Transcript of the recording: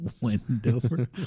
Wendover